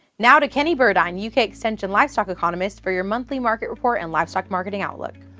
now, to kenny burdine, yeah uk extension livestock economist, for your monthly market report and livestock marketing outlook.